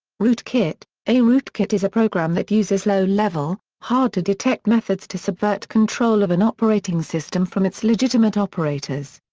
rootkit a rootkit is a program that uses low-level, hard-to-detect methods to subvert control of an operating system from its legitimate operators.